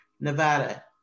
Nevada